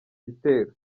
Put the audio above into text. gitero